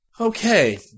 Okay